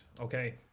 Okay